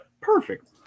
perfect